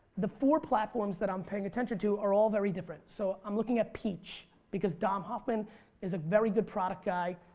the four platforms that i'm paying attention to are all very different. so i'm looking at peach because dom hoffmann is a very good product guy.